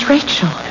Rachel